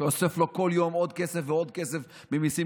שאוסף לו כל יום עוד כסף ועוד כסף ממיסים